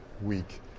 week